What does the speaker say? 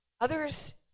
others